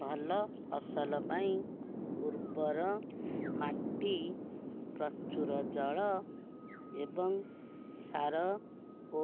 ଭଲ ଫସଲପାଇଁ ଉର୍ବର ମାଟି ପ୍ରଚୁର ଜଳ ଏବଂ ସାର